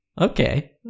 Okay